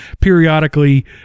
periodically